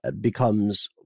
becomes